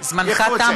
זמנך תם,